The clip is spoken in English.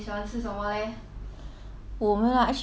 我们 ah actually 我们没有什么特别